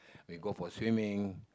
we go for swimming